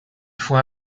fois